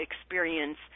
experience